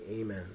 Amen